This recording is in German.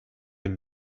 den